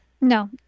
No